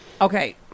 Okay